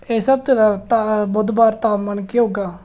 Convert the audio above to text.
इस हफ्ते दा बद्धोबद्ध तापमान केह् होग